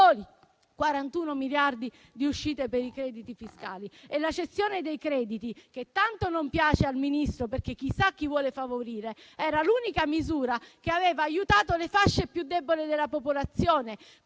41 miliardi di uscite per i crediti fiscali. E la cessione dei crediti, che tanto non piace al Ministro (perché chissà chi vuole favorire), era l'unica misura che aveva aiutato le fasce più deboli della popolazione,